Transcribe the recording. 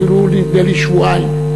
אפילו נדמה לי שבועיים,